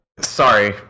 sorry